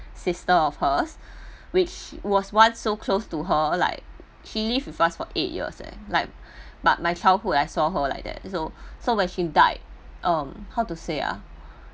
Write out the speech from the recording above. sister of hers which was once so close to her like she lived with us for eight years leh like my my childhood I saw her like that so so when she died um how to say ah